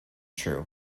true